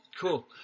Cool